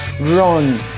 run